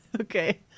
Okay